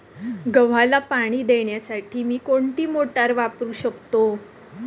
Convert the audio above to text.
गव्हाला पाणी देण्यासाठी मी कोणती मोटार वापरू शकतो?